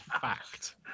Fact